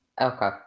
Okay